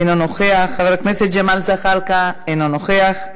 אינו נוכח, חבר הכנסת ג'מאל זחאלקה, אינו נוכח.